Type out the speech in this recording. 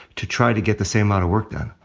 to try to get the same amount of work done.